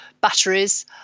batteries